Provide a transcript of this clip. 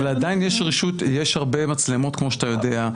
אבל עדיין יש הרבה מצלמות כמו שאתה ידוע.